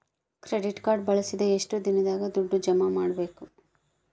Credit card ಬಳಸಿದ ಎಷ್ಟು ದಿನದಾಗ ದುಡ್ಡು ಜಮಾ ಮಾಡ್ಬೇಕು?